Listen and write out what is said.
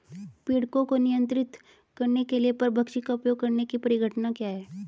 पीड़कों को नियंत्रित करने के लिए परभक्षी का उपयोग करने की परिघटना क्या है?